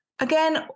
Again